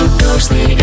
ghostly